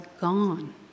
gone